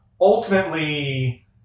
Ultimately